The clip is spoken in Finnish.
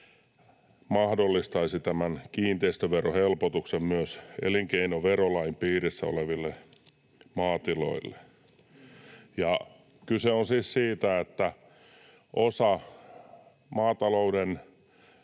mahdollistaisi tämän kiinteistöverohelpotuksen myös elinkeinoverolain piirissä oleville maatiloille. Kyse on siis siitä, että osa maatalouden